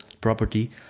property